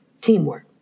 teamwork